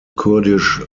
kurdish